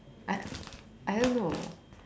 I I don't know